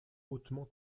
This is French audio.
hautement